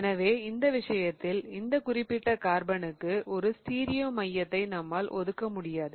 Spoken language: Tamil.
எனவே இந்த விஷயத்தில் இந்த குறிப்பிட்ட கார்பனுக்கு ஒரு ஸ்டீரியோ மையத்தை நம்மால் ஒதுக்க முடியாது